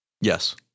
Yes